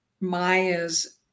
Maya's